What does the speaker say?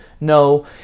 No